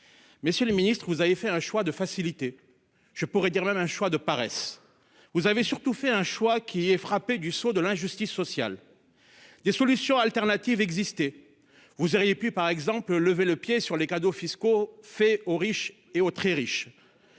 Monsieur le Ministre, vous avez fait un choix de facilité. Je pourrais dire même un choix de paresse. Vous avez surtout fait un choix qui est frappée du sceau de l'injustice sociale. Des solutions alternatives exister. Vous auriez pu par exemple lever le pied sur les cadeaux fiscaux faits aux riches et aux très riches.